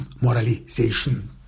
moralization